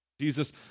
Jesus